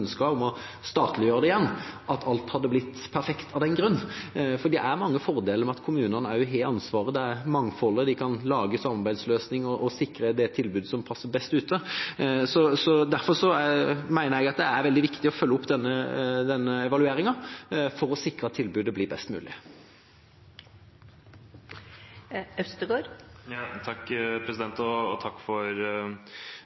å statliggjøre det igjen, hadde alt blitt perfekt av den grunn, for det er også mange fordeler med at kommunene har ansvaret. Det er mangfoldet, de kan lage samarbeidsløsninger og sikre det tilbudet som passer best ute. Derfor mener jeg at det er veldig viktig å følge opp denne evalueringen for å sikre at tilbudet blir best